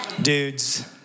dudes